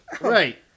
Right